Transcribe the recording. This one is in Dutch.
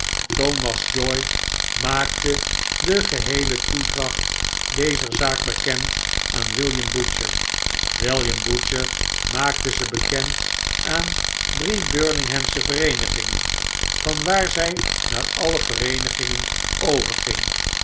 thomas joy maakte de geheele toedracht dezer zaak bekend aan william butcher william butcher maakte ze bekend aan drie birmihghamsche vereenigingen vanwaar zy naar alle andere vereenigingen